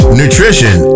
nutrition